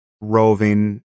roving